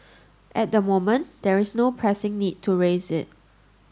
at the moment there's no pressing need to raise it